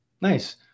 nice